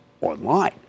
online